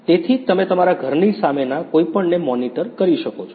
તેથી તમે તમારા ઘરની સામેના કોઈપણને મોનિટર કરી શકો છો